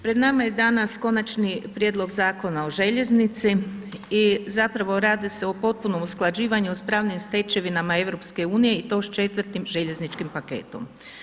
Pred nama je danas Konačni prijedlog Zakona o željeznici i zapravo radi se o potpunom usklađivanju s pravnim stečevinama EU i to s četvrtim željezničkim paketom.